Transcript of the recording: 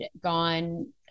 gone